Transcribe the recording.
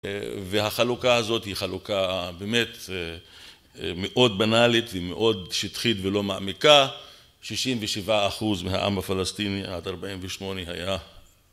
והחלוקה הזאת היא חלוקה באמת מאוד בנאלית היא מאוד שטחית ולא מעמיקה. 67 אחוז מהעם הפלסטיני, עד 48 היה.